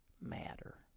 matter